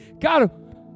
God